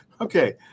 Okay